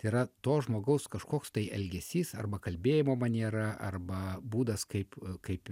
tai yra to žmogaus kažkoks tai elgesys arba kalbėjimo maniera arba būdas kaip kaip